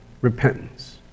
repentance